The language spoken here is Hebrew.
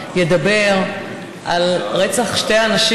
ידבר על רצח שתי הנשים